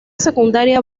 secundaria